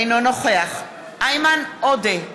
אינו נוכח איימן עודה,